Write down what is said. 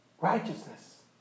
Righteousness